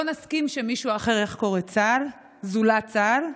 לא נסכים שמישהו אחר יחקור את צה"ל זולת צה"ל,